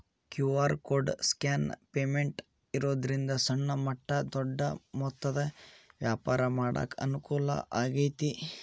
QR code scan payment ಇರೋದ್ರಿಂದ ಸಣ್ಣ ಮಟ್ಟ ದೊಡ್ಡ ಮೊತ್ತದ ವ್ಯಾಪಾರ ಮಾಡಾಕ ಅನುಕೂಲ ಆಗೈತಿ